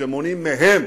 שמונעים מהם